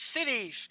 cities